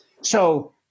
So-